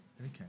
okay